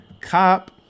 cop